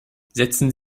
setzen